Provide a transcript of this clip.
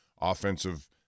offensive